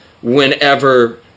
Whenever